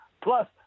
Plus